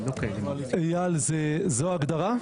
אייל, זו ההגדרה?